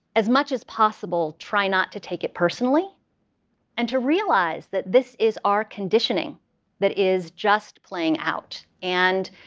as much as possible, try not to take it personally and to realize that this is our conditioning that is just playing out. and